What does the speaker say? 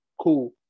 Cool